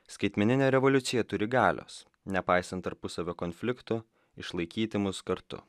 skaitmeninė revoliucija turi galios nepaisant tarpusavio konfliktų išlaikyti mus kartu